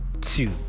two